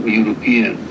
european